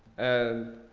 and